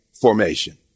formation